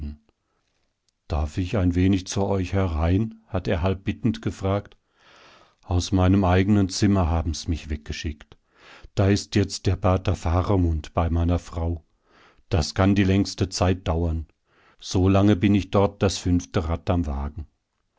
darf ich ein wenig zu euch herein hat er halb bittend gefragt aus meinem eigenen zimmer haben's mich weggeschickt da ist jetzt der pater faramund bei meiner frau das kann die längste zeit dauern so lange bin ich dort das fünfte rad am wagen